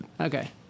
Okay